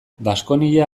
baskonia